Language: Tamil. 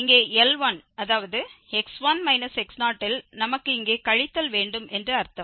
இங்கே L1 அதாவது இல் நமக்கு இங்கே கழித்தல் வேண்டும் என்று அர்த்தம்